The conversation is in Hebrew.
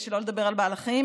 שלא לדבר על בעל החיים,